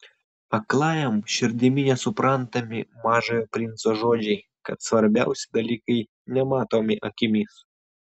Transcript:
aklajam širdimi nesuprantami mažojo princo žodžiai kad svarbiausi dalykai nematomi akimis